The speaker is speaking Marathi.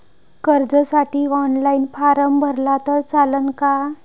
कर्जसाठी ऑनलाईन फारम भरला तर चालन का?